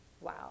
Wow